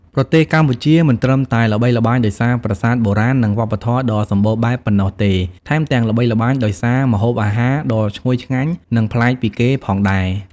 ប្រទេសកម្ពុជាមិនត្រឹមតែល្បីល្បាញដោយសារប្រាសាទបុរាណ និងវប្បធម៌ដ៏សម្បូរបែបប៉ុណ្ណោះទេ ថែមទាំងល្បីល្បាញដោយសារ ម្ហូបអាហារដ៏ឈ្ងុយឆ្ងាញ់ និងប្លែកពីគេផងដែរ ។